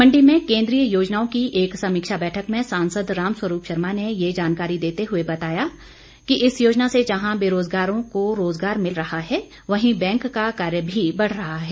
मण्डी में केन्द्रीय योजनाओं की एक समीक्षा बैठक में सांसद रामस्वरूप शर्मा ने ये जानकारी देते हुए बताया कि इस योजना से जहां बेरोजगारों को रोजगार मिल रहा है वहीं बैंक का कार्य भी बढ़ रहा है